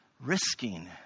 risking